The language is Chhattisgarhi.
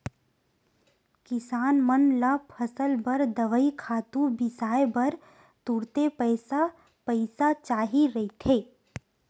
किसान मन ल फसल बर दवई, खातू बिसाए बर तुरते पइसा चाही रहिथे